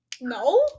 No